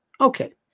Okay